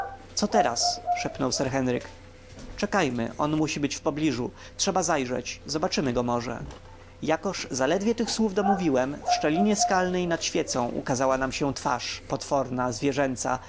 co teraz szepnął sir henryk czekajmy on musi być w pobliżu trzeba zajrzeć zobaczymy go może jakoż zaledwie tych słów domówiłem w szczelinie skalnej nad świecą ukazała nam się twarz potworna zwierzęca